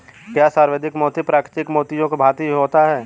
क्या संवर्धित मोती प्राकृतिक मोतियों की भांति ही होता है?